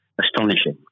astonishing